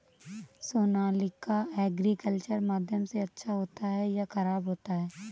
Sonalika agriculture माध्यम से अच्छा होता है या ख़राब होता है?